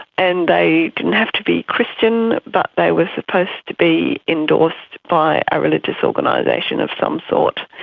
and they didn't have to be christian but they were supposed to be endorsed by a religious organisation of some sort.